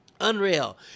Unreal